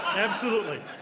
ah absolutely.